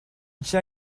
tien